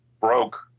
broke